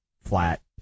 flat